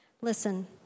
Listen